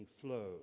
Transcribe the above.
flow